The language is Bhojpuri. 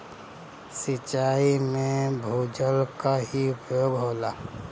सिंचाई में भूजल क ही उपयोग होला